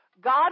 God